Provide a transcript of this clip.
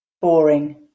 Boring